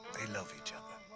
they love each other.